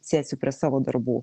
sėsiu prie savo darbų